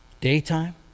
Daytime